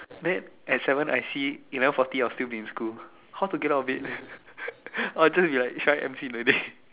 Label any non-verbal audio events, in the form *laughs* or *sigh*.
then at seven I see eleven forty I will still be in school how to get out of the bed *laughs* I just be like should I M_C the day *laughs*